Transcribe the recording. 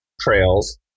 trails